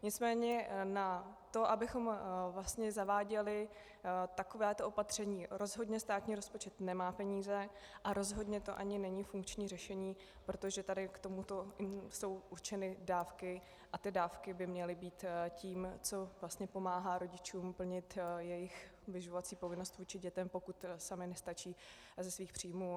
Nicméně na to, abychom zaváděli takovéto opatření, rozhodně státní rozpočet nemá peníze a rozhodně to ani není funkční řešení, protože tady k tomuto jsou určeny dávky a dávky by měly být tím, co pomáhá rodičům plnit jejich vyživovací povinnost vůči dětem, pokud sami nestačí ze svých příjmů.